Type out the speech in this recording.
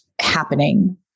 happening